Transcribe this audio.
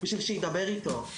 בשביל שיידבר אתו,